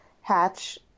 Hatch